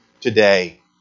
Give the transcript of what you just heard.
today